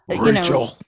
Rachel